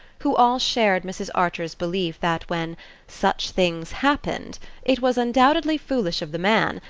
who all shared mrs. archer's belief that when such things happened it was undoubtedly foolish of the man,